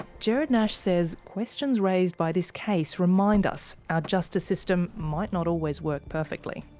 gerard nash says questions raised by this case remind us our justice system might not always work perfectly.